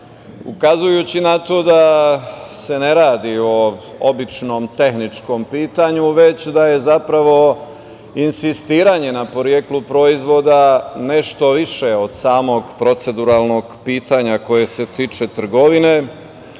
ukazujući na to da se ne radi o običnom tehničkom pitanju, već da je zapravo insistiranje na poreklu proizvoda nešto više od samog proceduralnog pitanja koje se tiče trgovine. Dakle,